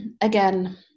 again